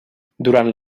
durant